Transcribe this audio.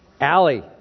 Allie